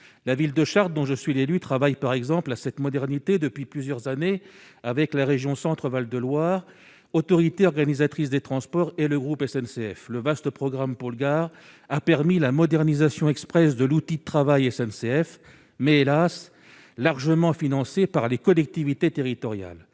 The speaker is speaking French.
la ville de Chartres, dont je suis l'élu travaille par exemple à cette modernité depuis plusieurs années avec la région Centre Val de Loire, autorité organisatrice des transports et le groupe SNCF le vaste programme Polgar a permis la modernisation Express de l'outil de travail SNCF mais hélas largement financé par les collectivités territoriales